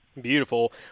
Beautiful